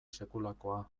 sekulakoa